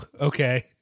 okay